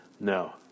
No